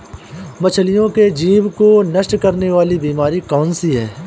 मछलियों के जीभ को नष्ट करने वाली बीमारी कौन सी है?